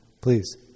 Please